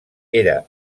era